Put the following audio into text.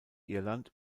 irland